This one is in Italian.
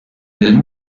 del